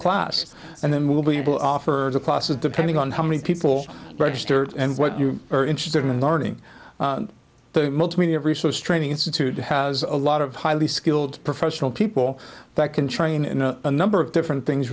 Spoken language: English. class and then we will be able offer classes depending on how many people register and what you are interested in learning multimedia resource training institute has a lot of highly skilled professional people that can train in a number of different things